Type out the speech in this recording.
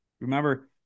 remember